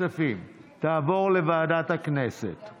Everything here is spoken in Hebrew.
התשפ"א 2021, לוועדה שתקבע ועדת הכנסת נתקבלה בעד,